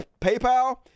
PayPal